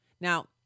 Now